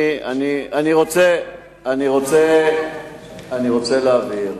אני רוצה להבהיר: